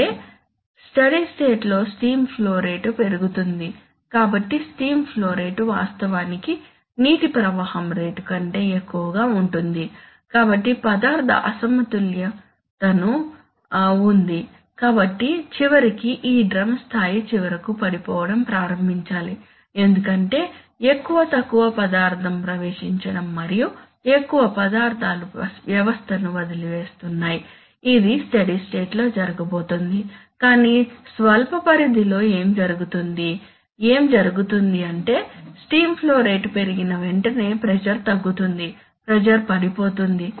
అంటే steady state లో steam flow rate పెరుగుతుంది కాబట్టి స్టీమ్ ఫ్లో రేటు వాస్తవానికి నీటి ప్రవాహం రేటు కంటే ఎక్కువగా ఉంటుంది కాబట్టి పదార్థ అసమతుల్యత ఉంది కాబట్టి చివరికి ఈ డ్రమ్ స్థాయి చివరకు పడిపోవటం ప్రారంభించాలి ఎందుకంటే ఎక్కువ తక్కువ పదార్థం ప్రవేశించడం మరియు ఎక్కువ పదార్థాలు వ్యవస్థను వదిలివేస్తున్నాయి ఇది స్టడీ స్టేట్ లో జరగబోతోంది కాని స్వల్ప పరిధిలో ఏమి జరుగుతుంది ఏమి జరుగుతుంది అంటే స్టీమ్ ఫ్లో రేటు పెరిగిన వెంటనే ప్రెషర్ తగ్గుతుంది ప్రెషర్ పడిపోతుంది